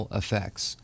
effects